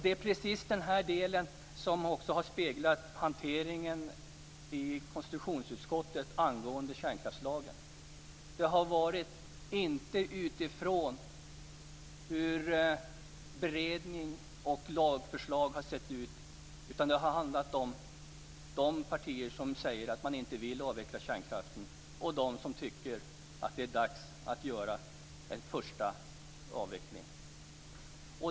Det är precis den delen som har speglat hanteringen i konstitutionsutskottet angående kärnkraftslagen - inte utifrån hur beredning och lagförslag sett ut, utan det har handlat om de partier som säger att de inte vill avveckla kärnkraften och de som tycker att det är dags att göra en första avveckling.